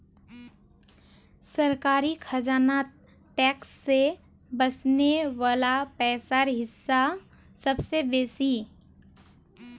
सरकारी खजानात टैक्स से वस्ने वला पैसार हिस्सा सबसे बेसि